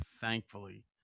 thankfully